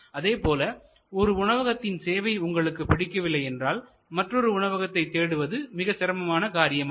அதே போல ஒரு உணவகத்தின் சேவை உங்களுக்கு பிடிக்கவில்லை என்றால் மற்றொரு உணவகத்தை தேடுவது மிக சிரமமான காரியமல்ல